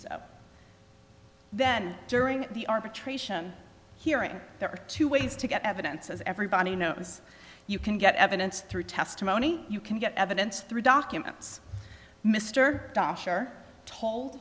so then during the arbitration hearing there are two ways to get evidence as everybody knows you can get evidence through testimony you can get evidence through documents mr doctor told